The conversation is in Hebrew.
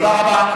תודה רבה.